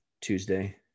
Tuesday